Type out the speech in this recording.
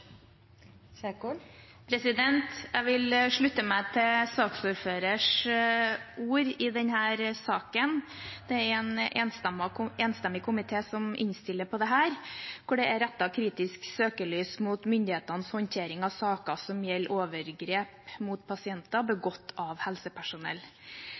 en enstemmig komité som innstiller på dette, hvor det er rettet et kritisk søkelys på myndighetenes håndtering av saker som gjelder overgrep mot pasienter